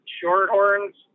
Shorthorns